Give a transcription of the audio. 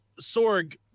Sorg